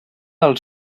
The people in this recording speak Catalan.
del